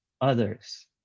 others